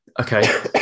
Okay